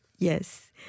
Yes